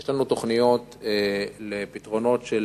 יש לנו תוכניות לפתרונות של